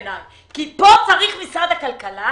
כאן צריך משרד הכלכלה